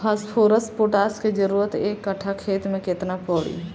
Phosphorus potash के जरूरत एक कट्ठा खेत मे केतना पड़ी?